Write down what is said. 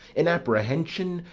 in apprehension,